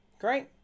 Great